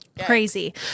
crazy